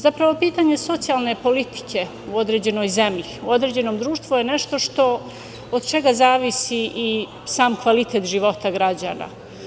Zapravo, pitanje socijalne politike u određenoj zemlji, u određenom društvu je nešto od čega zavisi i sam kvalitet života građana.